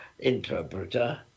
interpreter